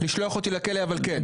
אבל לשלוח אותי לכלא כן.